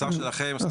השר שלכם?